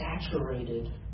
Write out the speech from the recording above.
saturated